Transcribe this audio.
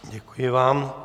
Děkuji vám.